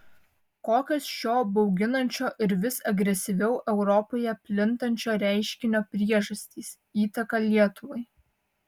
kokios šio bauginančio ir vis agresyviau europoje plintančio reiškinio priežastys įtaka lietuvai